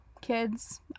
kids